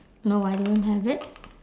no I don't have it